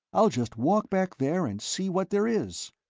i'll just walk back there and see what there is.